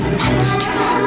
monsters